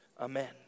Amen